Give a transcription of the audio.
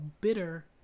bitter